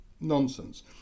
nonsense